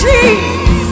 Jesus